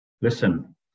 listen